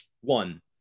One